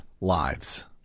lives